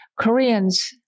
Koreans